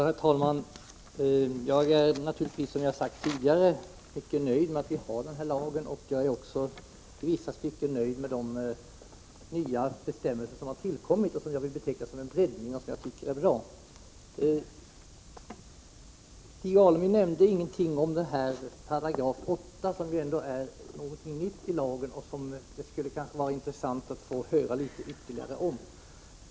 Herr talman! Jag är naturligtvis, som jag har sagt tidigare, mycket nöjd med att vi har Sydafrikalagen. Jag är också i vissa stycken nöjd med de nya bestämmelser som har tillkommit. Jag vill beteckna dem som en breddning av lagen, vilket är bra. Stig Alemyr nämnde ingenting om 8 §, som är en nyhet i lagen och som det skulle vara intressant att få höra något ytterligare om.